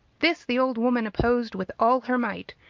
this the old woman opposed with all her might,